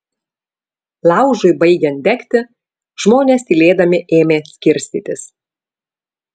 laužui baigiant degti žmonės tylėdami ėmė skirstytis